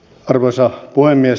arvoisa puhemies